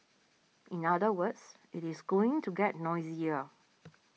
in other words it is going to get noisier